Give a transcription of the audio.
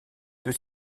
deux